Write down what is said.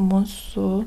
mus su